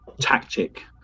tactic